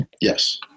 Yes